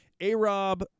A-Rob